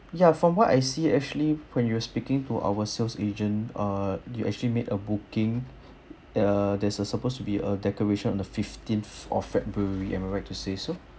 yeah from what I see actually when you were speaking to our sales agent uh you actually made a booking uh that's uh supposed to be a decoration on the fifteenth of february am I right to say so